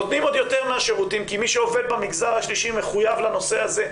נותנים עוד יותר מהשירותים כי מי שעובד במגזר השלישי מחויב לנושא הזה,